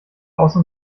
außer